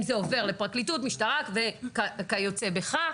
אם זה עובר לפרקליטות, למשטרה וכיוצא בכך.